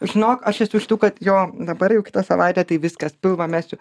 žinok aš esu iš tų kad jo dabar jau kitą savaitę tai viskas pilvą mesiu